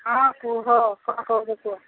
ହଁ କୁହ କ'ଣ କହୁଛ କୁହ